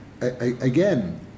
again